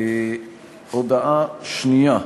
הודעה שנייה: